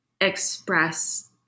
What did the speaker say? express